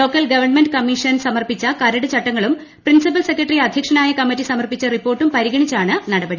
local government commission സമർപ്പിച്ച കരട് ചട്ടങ്ങളും പ്രിൻസി പ്പൽ സെക്രട്ടറി അധൃക്ഷനായ കമ്മിറ്റി സമർപ്പിച്ച റിപ്പോർട്ടും പരിഗണിച്ചാണ് നടപടി